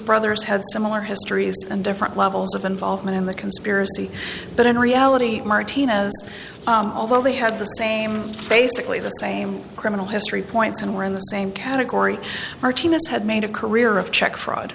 brothers had similar histories and different levels of involvement in the conspiracy but in reality martinez although they had the same basically the same criminal history points and were in the same category martinez had made a career of check fraud